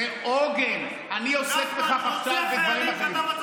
אני אעמוד פה עד יומי האחרון.